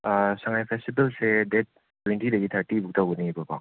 ꯁꯉꯥꯏ ꯐꯦꯁꯇꯤꯕꯦꯜꯁꯦ ꯗꯦꯠ ꯇ꯭ꯋꯦꯟꯇꯤꯗꯒꯤ ꯊꯥꯔꯇꯤꯐꯥꯎ ꯇꯧꯒꯅꯤꯕ ꯀꯣ